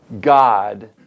God